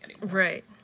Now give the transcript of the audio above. Right